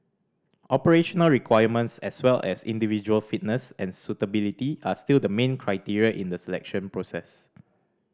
operational requirements as well as individual fitness and suitability are still the main criteria in the selection process